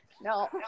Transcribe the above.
No